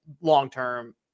long-term